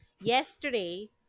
yesterday